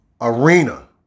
arena